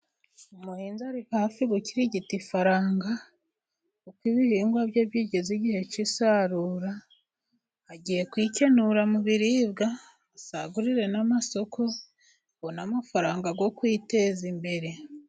Umuhinzi ari hafi gukirigita ifaranga, uko ibihingwa bye bigeze igihe cy'isarura, agiye kwikenura mu biribwa, asagurire n'amasoko abone amafaranga yo kwiteza imbere.